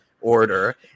order